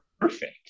perfect